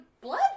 blood